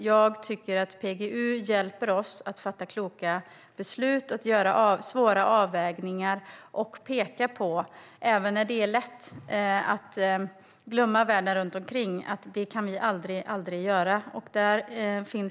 Jag tycker att PGU hjälper oss att fatta kloka beslut, göra svåra avvägningar och peka på att vi aldrig - även när det är lätt att göra det - kan glömma världen runt omkring.